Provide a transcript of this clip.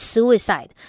Suicide